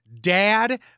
dad